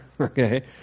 Okay